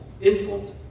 informed